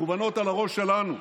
מכוונות אל הראש שלנו.